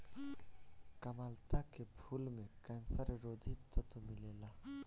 कामलता के फूल में कैंसर रोधी तत्व मिलेला